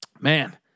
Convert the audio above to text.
man